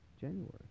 January